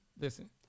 listen